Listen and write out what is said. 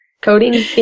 coding